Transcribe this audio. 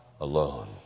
alone